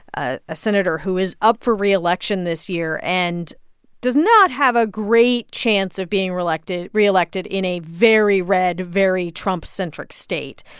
ah a senator who is up for reelection this year and does not have a great chance of being reelected reelected in a very red, very trump-centric state.